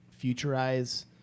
futurize